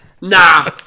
Nah